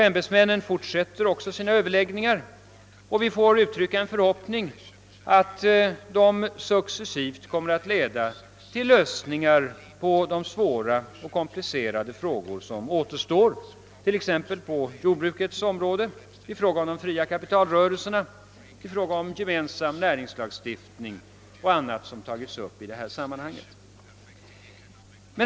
Ämbetsmännen fortsätter också sina överläggningar och vi får uttrycka en förhoppning att dessa successivt kommer att leda till lösningar på de svåra och komplicerade frågor som återstår på t.ex. jordbrukets område, i fråga om de fria kapitalrörelserna och i fråga om gemensam näringslagstiftning och annat som tagits upp i detta sammanhang.